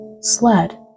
sled